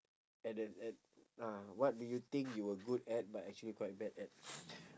and then and uh what do you think you were good at but actually quite bad at